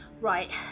Right